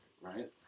right